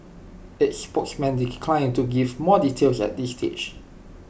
its spokesman declined to give more details at this stage